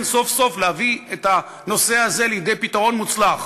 להביא סוף-סוף את הנושא הזה לידי פתרון מוצלח.